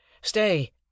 Stay